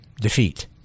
defeat